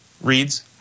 reads